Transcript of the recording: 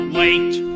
late